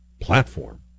platform